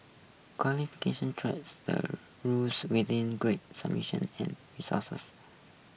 qualification treats the rules with in great function and